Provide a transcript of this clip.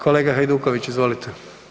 Kolega Hajduković izvolite.